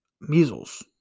measles